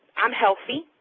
i'm healthy,